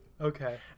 Okay